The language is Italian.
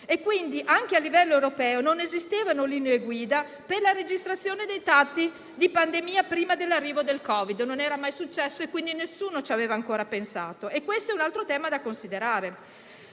varianti. Anche a livello europeo non esistevano linee guida per la registrazione dei dati pandemici prima dell'arrivo del Covid; non era mai successo, quindi nessuno ci aveva ancora pensato. Questo è un altro tema da considerare.